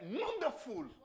Wonderful